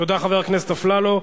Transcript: תודה, חבר הכנסת אפללו.